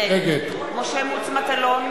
נגד משה מטלון,